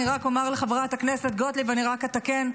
אני רק אומר לחברת הכנסת גוטליב, אני רק אתקן.